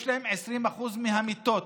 יש להם 20% מהמיטות,